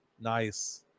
Nice